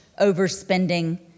overspending